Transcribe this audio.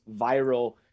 viral